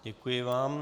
Děkuji vám.